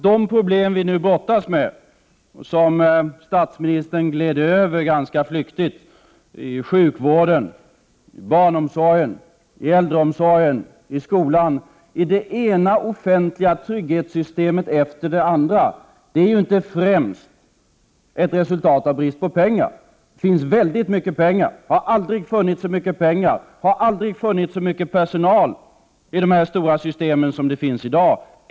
De problem som vi nu brottas med, men som statsministern gled över ganska flyktigt, dvs. sjukvården, barnomsorgen, äldreomsorgen, skolan, det ena offentliga trygghetssystemet efter det andra, är inte främst ett resultat av brist på pengar. Det finns mycket pengar. Det har aldrig funnits så mycket pengar och personal i dessa stora system som det finns i dag.